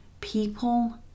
people